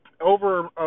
over